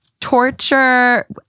Torture